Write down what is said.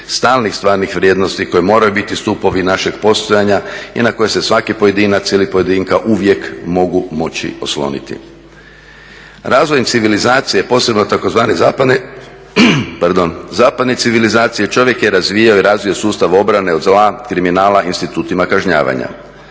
stalnih stvarnih vrijednosti koje moraju biti stupovi našeg postojanja i na koji se svaki pojedinac ili pojedinka uvijek mogu moći osloniti. Razvojem civilizacije posebno tzv. zapadne, pardon, zapadne civilizacije čovjek je razvijao i razvio sustav obrane od zla, kriminala institutima kažnjavanja.